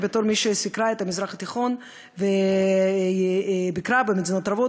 בתור מי שסיקרה את המזרח התיכון וביקרה במדינות רבות,